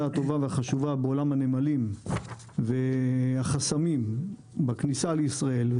הטובה והחשובה בעולם הנמלים והחסמים בכניסה לישראל,